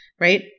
right